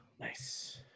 nice